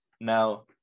Now